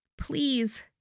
Please